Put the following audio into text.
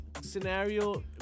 scenario